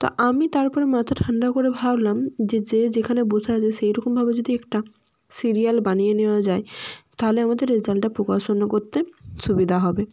তা আমি তারপরে মাথা ঠান্ডা করে ভাবলাম যে যে যেখানে বসে আছে সেই রকমভাবে যদি একটা সিরিয়াল বানিয়ে নেওয়া যায় তাহলে আমাদের রেজাল্টটা প্রকাশনা করতে সুবিধা হবে